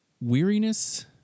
Weariness